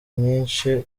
nyinshi